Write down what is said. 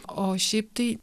o šiaip tai